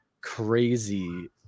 crazy